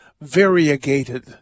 variegated